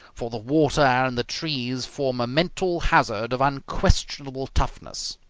for the water and the trees form a mental hazard of unquestionable toughness.